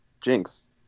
Jinx